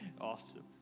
Awesome